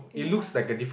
yeah